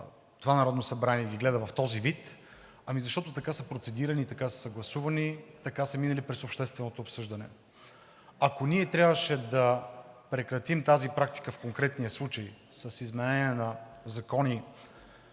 това Народно събрание ги гледа в този вид – ами защото така са процедирани, така са съгласувани, така са минали през общественото обсъждане. Ако ние трябваше да прекратим тази практика в конкретния случай с изменение на закони